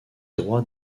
droits